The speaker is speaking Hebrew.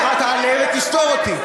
תעלה ותסתור אותי.